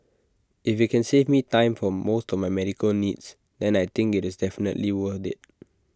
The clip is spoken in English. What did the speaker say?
if IT can save me time for most of my medical needs then I think its definitely worth IT